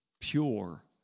pure